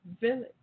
village